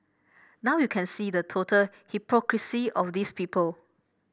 now you can see the total hypocrisy of these people